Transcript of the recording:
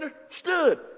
understood